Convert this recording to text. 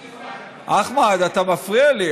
אחמד, אתה מפריע לי.